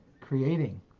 creating